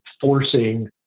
forcing